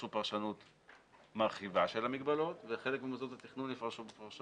עשויה לקבל פרשנויות שונות במוסדות תכנון שונים.